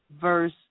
verse